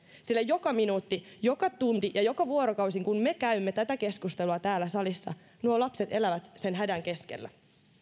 sillä joka minuutti joka tunti ja joka vuorokausi kun me käymme tätä keskustelua täällä salissa nuo lapset elävät sen hädän keskellä